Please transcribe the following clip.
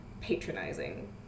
patronizing